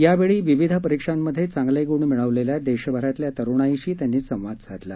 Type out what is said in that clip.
यावेळी विविध परीक्षांमध्ये चांगले गुण मिळविलेल्या देशभरातल्या तरुणाईशी त्यांनी संवाद साधला